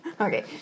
Okay